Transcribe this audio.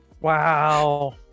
Wow